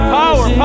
power